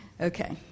Okay